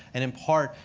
and in part,